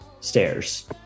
stairs